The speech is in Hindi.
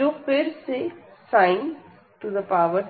जो फिर से sin2m 1cos